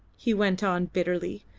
he went on bitterly,